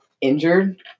Injured